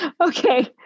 Okay